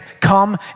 Come